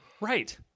Right